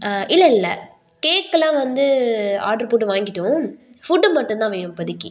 இல்லயில்ல கேக்கெலாம் வந்து ஆடர் போட்டு வாங்கிவிட்டோம் ஃபுட்டு மட்டும் தான் வேணும் இப்போதைக்கு